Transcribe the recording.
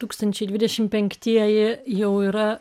tūkstančiai dvidešimt penktieji jau yra